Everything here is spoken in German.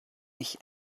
mich